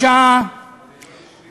לא יישובים, מועצות.